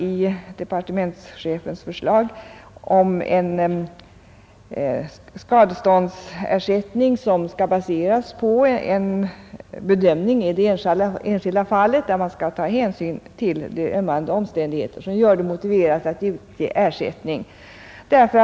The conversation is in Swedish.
Departementschefen har föreslagit en skadeståndsersättning som skall baseras på en bedömning i det enskilda fall, varvid man skall ta hänsyn till ömmande omständigheter som gör det motiverat att utge ersättning.